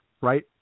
Right